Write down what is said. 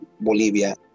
Bolivia